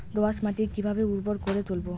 দোয়াস মাটি কিভাবে উর্বর করে তুলবো?